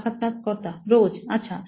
সাক্ষাৎকারকর্তা রোজ আচ্ছা